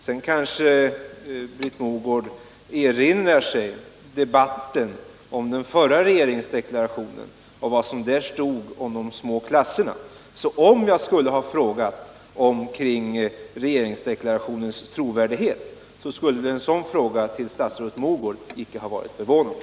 Sedan kanske Britt Mogård erinrar sig debatten om den förra regeringsdeklarationen och vad som där stod om de små klasserna, så om jag skulle ha frågat omkring regeringsdeklarationens trovärdighet, skulle en sådan fråga till statsrådet Mogård icke ha varit förvånande.